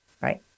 Right